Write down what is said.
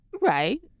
Right